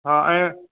हा ऐं